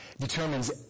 determines